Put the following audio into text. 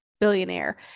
billionaire